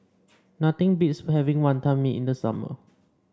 nothing beats having Wantan Mee in the summer